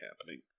happening